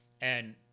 and-